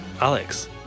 Alex